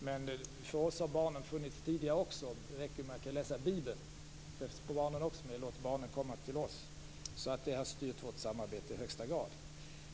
Men för oss har barnen funnits tidigare också. Det räcker ju med att läsa Bibeln, och det finns i Koranen också: Låt barnen komma till oss. Det har styrt vårt samarbete i högsta grad.